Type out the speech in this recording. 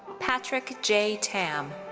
parick j. tam.